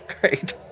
Great